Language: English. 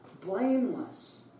blameless